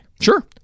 Sure